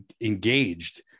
engaged